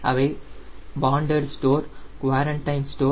அவை bonded store quarantine store